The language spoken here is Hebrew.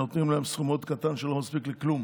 נותנים להם סכום מאוד קטן, שלא מספיק לכלום.